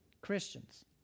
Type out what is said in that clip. christians